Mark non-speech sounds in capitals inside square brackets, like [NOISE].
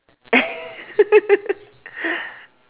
[LAUGHS]